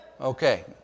Okay